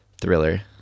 thriller